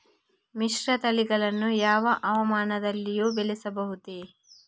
ಮಿಶ್ರತಳಿಗಳನ್ನು ಯಾವ ಹವಾಮಾನದಲ್ಲಿಯೂ ಬೆಳೆಸಬಹುದೇ?